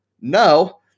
No